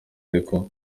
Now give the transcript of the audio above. ariko